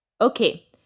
Okay